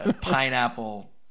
Pineapple